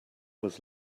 was